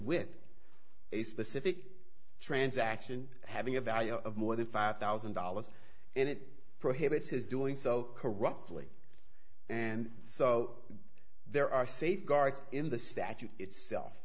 with a specific transaction having a value of more than five thousand dollars and it prohibits his doing so corruptly and so there are safeguards in the statute itself